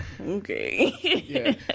okay